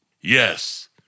Yes